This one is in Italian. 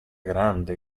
grande